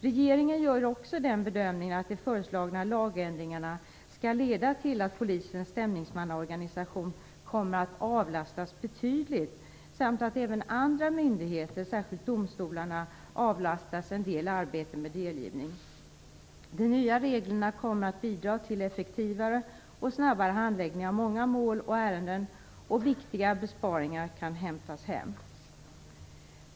Regeringen gör också den bedömningen att de föreslagna lagändringarna skall leda till att polisens stämningsmannaorganisation kommer att avlastas betydligt samt att även andra myndigheter, särskilt domstolarna, avlastas en del arbete med delgivning. De nya reglerna kommer att bidra till effektivare och snabbare handläggning av många mål och ärenden, och viktiga besparingar kan hämtas hem.